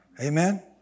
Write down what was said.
Amen